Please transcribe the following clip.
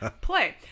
play